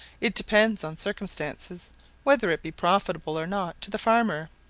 it depends on circumstances whether it be profitable or not to the farmer.